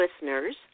listeners